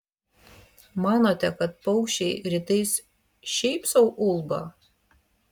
manote kad paukščiai rytais šiaip sau ulba